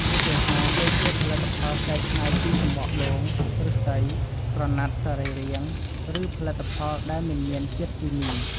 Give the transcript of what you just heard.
ឧទាហរណ៍ ដូចជាផលិតផលកែច្នៃពីសំបកដូង ឫស្សី ក្រណាត់សរីរាង្គ ឬផលិតផលដែលមិនមានជាតិគីមី។